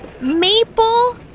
Maple